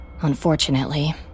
Unfortunately